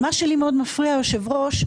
מה שלי מאוד מפריע, היושב-ראש,